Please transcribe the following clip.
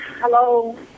hello